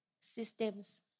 Systems